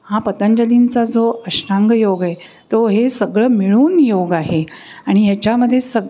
हा पतंजलींचा जो अष्टांग योग आहे तो हे सगळं मिळून योग आहे आणि ह्याच्यामध्ये सग